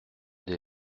des